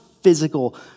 physical